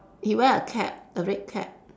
he wear a cap a red cap